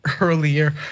earlier